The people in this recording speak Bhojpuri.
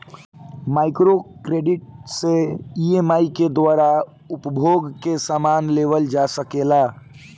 माइक्रो क्रेडिट से ई.एम.आई के द्वारा उपभोग के समान लेवल जा सकेला